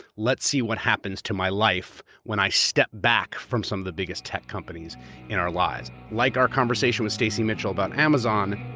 let's see what happens to my life when i step back from some of the biggest tech companies in our lives. like our conversation with stacy mitchell about amazon,